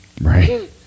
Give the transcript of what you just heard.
right